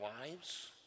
lives